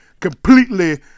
Completely